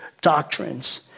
doctrines